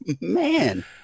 man